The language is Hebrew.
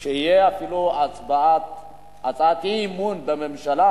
דרש שתהיה אפילו הצעת אי-אמון בממשלה,